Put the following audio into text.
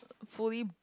fully